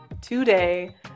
today